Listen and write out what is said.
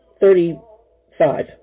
Thirty-five